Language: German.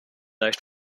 leicht